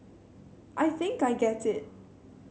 I think I get it